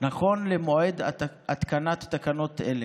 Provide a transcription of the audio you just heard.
נכון למועד התקנת תקנות אלה.